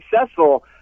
successful